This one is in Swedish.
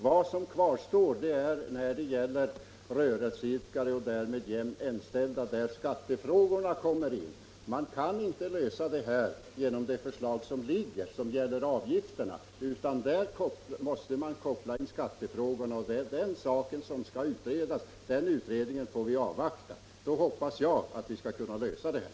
Vad som kvarstår är rörelseidkare och därmed jämställda, men där kommer skattefrågan in. Man kan inte lösa problemet för deras del genom det förslag som ligger och som gäller socialförsäkringsavgifterna, utan där måste man koppla in skattefrågan. Det är den saken som skall utredas, och den utredningen får vi avvakta. Sedan hoppas jag att vi skall kunna lösa problemet.